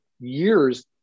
years